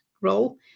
role